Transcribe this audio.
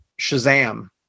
shazam